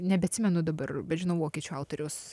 nebeatsimenu dabar bet žinau vokiečių autorius